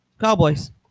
cowboys